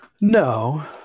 No